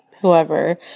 whoever